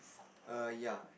err ya